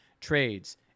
Trades